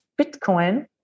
Bitcoin